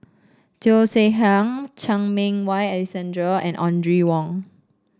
Cheo Chai Hiang Chan Meng Wah Alexander and Audrey Wong